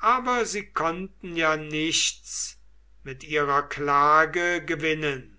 aber sie konnten ja nichts mit ihrer klage gewinnen